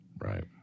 Right